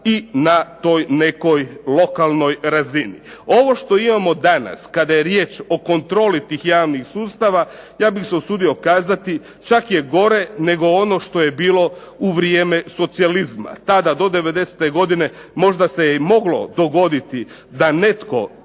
i na toj nekoj lokalnoj razini. Ovo što imamo danas kada je riječ o kontroli tih javnih sustava ja bih se usudio kazati, čak je gore nego ono što je bilo u vrijeme socijalizma. Tada do '90. godine možda se je i moglo dogoditi da netko